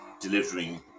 delivering